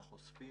אנחנו אוספים